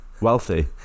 wealthy